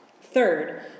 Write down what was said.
Third